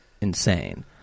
insane